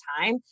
time